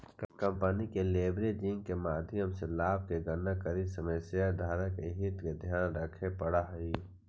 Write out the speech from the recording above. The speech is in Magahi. कंपनी के लेवरेजिंग के माध्यम से लाभ के गणना करित समय शेयरधारक के हित के ध्यान रखे पड़ऽ हई